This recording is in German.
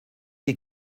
die